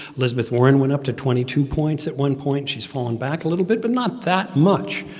elizabeth warren went up to twenty two points at one point. she's fallen back a little bit but not that much.